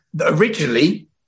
originally